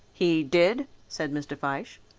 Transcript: he did, said mr. fyshe.